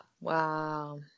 Wow